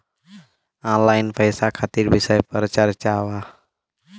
Online पैसा खातिर विषय पर चर्चा वा?